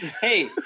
Hey